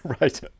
Right